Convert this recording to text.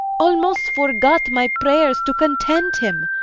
almost forgot my prayres to content him?